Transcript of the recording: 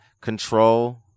control